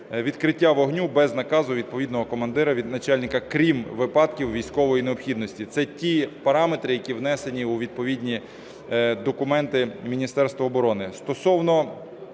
відкриття вогню без наказу відповідного командира, від начальника, крім випадків військової необхідності. Це ті параметри, які внесені у відповідні документи Міністерство оборони.